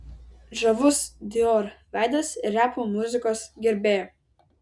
žavus dior veidas ir repo muzikos gerbėja